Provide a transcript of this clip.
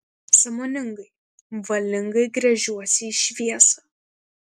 sąmoningai valingai gręžiuosi į šviesą